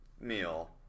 meal